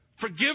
Forgive